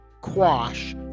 quash